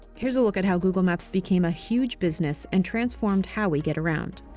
here's a look at how google maps became a huge business and transformed how we get around.